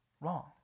wrong